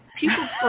people